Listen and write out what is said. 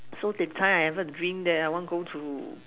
so that time I have a dream that I want go to